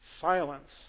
Silence